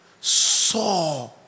Saw